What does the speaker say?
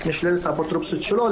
אז נשללת האפוטרופסות שלו?